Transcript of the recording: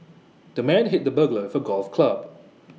the man hit the burglar for golf club